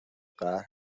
قهر